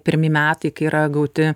pirmi metai kai yra gauti